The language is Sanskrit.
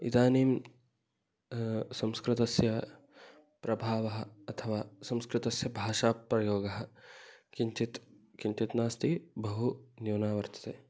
इदानीं संस्कृतस्य प्रभावः अथवा संस्कृतस्य भाषाप्रयोगः किञ्चित् किञ्चित्नास्ति बहु न्यूना वर्तते